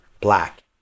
Black